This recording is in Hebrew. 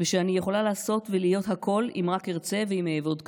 ושאני יכולה לעשות ולהיות הכול אם רק ארצה ואם אעבוד קשה.